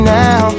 now